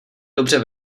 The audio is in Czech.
dobře